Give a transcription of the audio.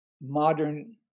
modern